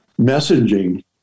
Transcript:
messaging